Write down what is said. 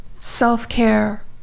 self-care